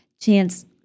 chance